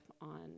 on